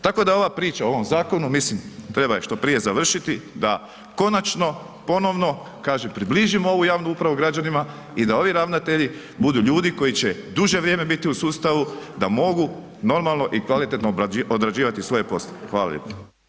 Tako da ova priča o ovom zakonu, mislim, treba je što prije završiti da konačno ponovno kažem, približimo ovu javnu upravu građanima i da ovi ravnatelji budu ljudi koji će duže vrijeme biti u sustavu, da mogu normalno i kvalitetno odrađivati svoje poslove, hvala lijepa.